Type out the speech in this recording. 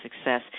success